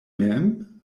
mem